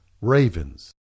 ravens